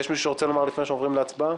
יש מישהו שרוצה להעיר לפני שעוברים להצבעה.